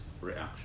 reaction